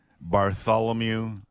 Bartholomew